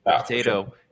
Potato